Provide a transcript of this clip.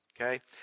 Okay